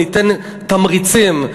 ניתן תמריצים.